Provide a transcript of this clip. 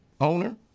owner